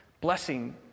blessing